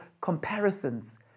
comparisons